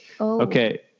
Okay